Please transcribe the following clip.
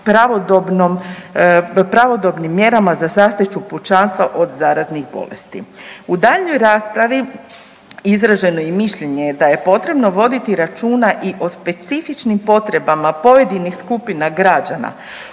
pravodobnim mjerama za zaštitu pučanstva od zaraznih bolesti. U daljnjoj raspravi izraženo je i mišljenje da je potrebno voditi računa i o specifičnim potrebama pojedinih skupina građana